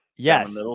Yes